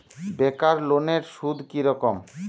বেকার লোনের সুদ কি রকম?